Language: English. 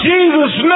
Jesus